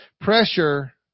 pressure